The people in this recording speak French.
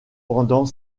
pendant